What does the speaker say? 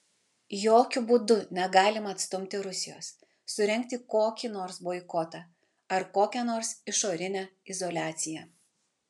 jokiu būdu negalima atstumti rusijos surengti kokį nors boikotą ar kokią nors išorinę izoliaciją